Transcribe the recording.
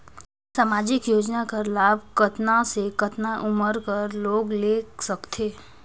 समाजिक योजना कर लाभ कतना से कतना उमर कर लोग ले सकथे?